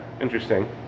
interesting